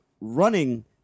running